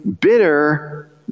bitter